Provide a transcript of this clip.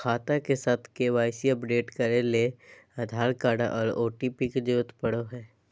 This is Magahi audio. खाता के साथ के.वाई.सी अपडेट करे ले आधार कार्ड आर ओ.टी.पी के जरूरत पड़ो हय